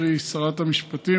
קרי שרת המשפטים,